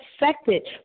affected